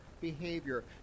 behavior